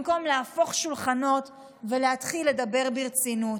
במקום להפוך שולחנות ולהתחיל לדבר ברצינות.